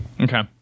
okay